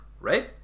right